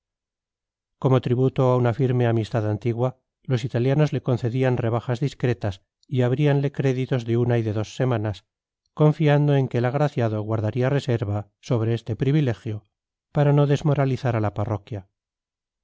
como tributo a una firme amistad antigua los italianos le concedían rebajas discretas y abríanle créditos de una y de dos semanas confiando en que el agraciado guardaría reserva sobre este privilegio para no desmoralizar a la parroquia